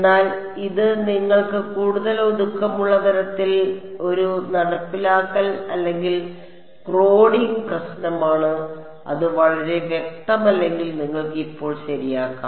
എന്നാൽ ഇത് നിങ്ങൾക്ക് കൂടുതൽ ഒതുക്കമുള്ള തരത്തിൽ ഒരു നടപ്പിലാക്കൽ അല്ലെങ്കിൽ കോഡിംഗ് പ്രശ്നമാണ് അത് വളരെ വ്യക്തമല്ലെങ്കിൽ നിങ്ങൾക്ക് ഇപ്പോൾ ശരിയാക്കാം